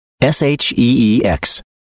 s-h-e-e-x